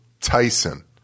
Tyson